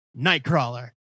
Nightcrawler